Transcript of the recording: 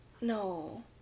No